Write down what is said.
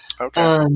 Okay